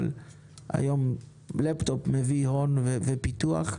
אבל היום לפטופ מביא הון ופיתוח.